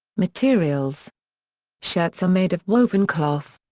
materials shirts are made of woven cloth.